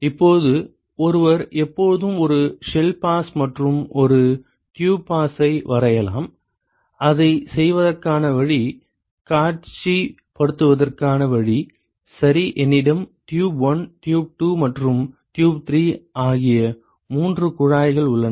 இப்போது ஒருவர் எப்போதும் ஒரு ஷெல் பாஸ் மற்றும் ஒரு ட்யூப் பாஸை வரையலாம் அதைச் செய்வதற்கான வழி காட்சிப்படுத்துவதற்கான வழி சரி என்னிடம் டியூப் 1 டியூப் 2 மற்றும் டியூப் 3 ஆகிய மூன்று குழாய்கள் உள்ளன